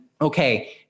Okay